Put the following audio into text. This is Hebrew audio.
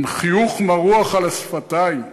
עם חיוך מרוח על השפתיים.